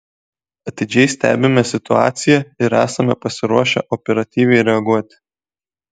atidžiai stebime situaciją ir esame pasiruošę operatyviai reaguoti